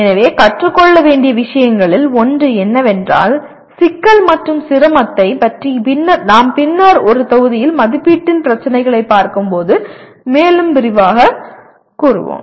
எனவே கற்றுக்கொள்ள வேண்டிய விஷயங்களில் ஒன்று என்னவென்றால் சிக்கல் மற்றும் சிரமத்தை பற்றி நாம் பின்னர் ஒரு தொகுதியில் மதிப்பீட்டின் பிரச்சனைகளை பார்க்கும்போது மேலும் விரிவாகக் கூறுவோம்